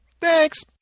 Thanks